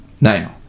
now